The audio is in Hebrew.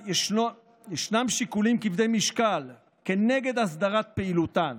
ישנם שיקולים כבדי משקל כנגד הסדרת פעילותן,